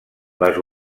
les